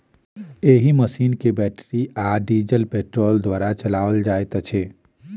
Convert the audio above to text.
एहि मशीन के बैटरी आ डीजल पेट्रोल द्वारा चलाओल जाइत छै